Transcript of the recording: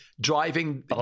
driving